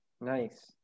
nice